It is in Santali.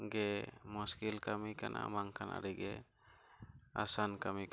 ᱜᱮ ᱢᱩᱥᱠᱤᱞ ᱠᱟᱹᱢᱤ ᱠᱟᱱᱟ ᱵᱟᱝᱠᱷᱟᱱ ᱟᱹᱰᱤ ᱜᱮ ᱟᱥᱟᱱ ᱠᱟᱹᱢᱤ ᱠᱟᱱᱟ